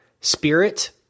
Spirit